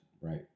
Right